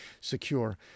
secure